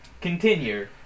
Continue